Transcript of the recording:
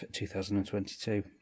2022